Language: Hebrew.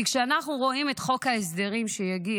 כי כשאנחנו רואים את חוק ההסדרים שיגיע,